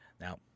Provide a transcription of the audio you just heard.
Now